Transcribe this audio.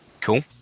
cool